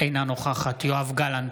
אינה נוכחת יואב גלנט,